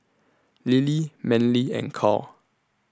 Lilie Manly and Cal